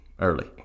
early